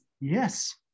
Yes